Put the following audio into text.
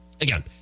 Again